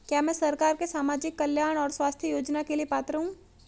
क्या मैं सरकार के सामाजिक कल्याण और स्वास्थ्य योजना के लिए पात्र हूं?